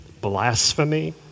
blasphemy